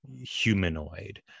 humanoid